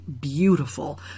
beautiful